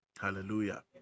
Hallelujah